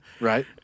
right